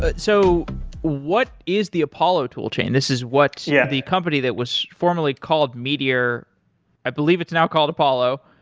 but so what is the apollo toolchain? this is what yeah the company that was formerly called meteor i believe it's now called apollo.